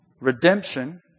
Redemption